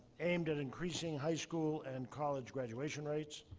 aimed at increasing high school and college graduation rates.